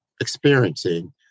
experiencing